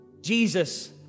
Jesus